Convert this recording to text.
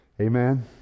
Amen